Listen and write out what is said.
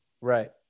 right